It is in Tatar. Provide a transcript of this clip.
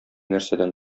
нәрсәдән